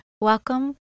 Welcome